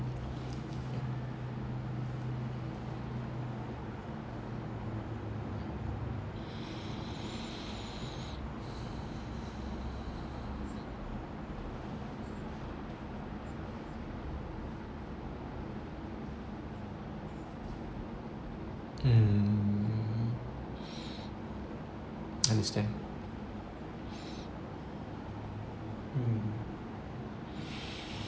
mm understand mm